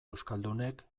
euskaldunek